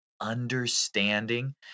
understanding